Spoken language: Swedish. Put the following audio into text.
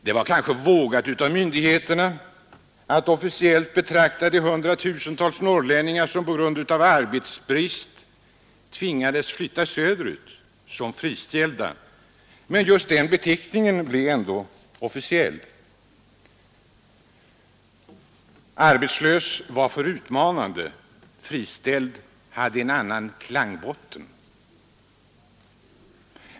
Det var kanske vågat av myndigheterna att officiellt betrakta de hundratusentals norrlänningar som på grund av ”arbetsbrist” tvingades att flytta söderut som ”friställda”. Men just den beteckningen blev ändå den officiella. ”Arbetslös” var för utmanande. ”Friställd” hade en annan klangbotten.